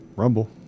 Rumble